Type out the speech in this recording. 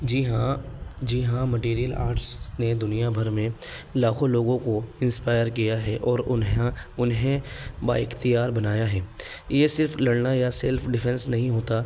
جی ہاں جی ہاں مٹیریل آرٹس نے دنیا بھر میں لاکھوں لوگوں کو انسپائر کیا ہے اور انہیں انہیں با اختیار بنایا ہے یہ صرف لڑنا یا سیلف ڈفینس نہیں ہوتا